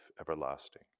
everlasting